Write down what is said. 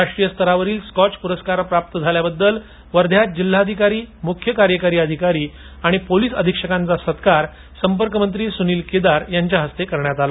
राष्ट्रीय स्तरावरील स्कॉच प्रस्कार प्राप्त झाल्याबाबत वर्ध्यात जिल्हाधिकारी मुख्यकार्यकारी अधिकारी आणि पोलिस अधिक्षक यांचा सत्कार संपर्कमंत्री सूनील केदार यांच्या हस्ते करण्यात आला